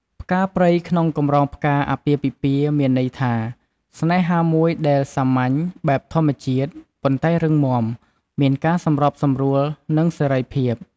ផ្កាព្រៃក្នុងកម្រងផ្កាអាពាហ៍ពិពាហ៍ មានន័យថា ស្នេហាមួយដែលសាមញ្ញ បែបធម្មជាតិ ប៉ុន្តែរឹងមាំ មានការសម្របសម្រួល និងសេរីភាព។